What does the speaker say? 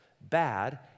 bad